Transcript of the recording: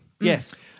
Yes